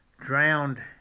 drowned